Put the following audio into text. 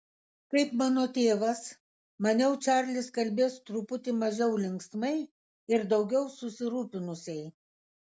kaip mano tėvas maniau čarlis kalbės truputį mažiau linksmai ir daugiau susirūpinusiai